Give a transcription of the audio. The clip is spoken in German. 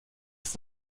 ist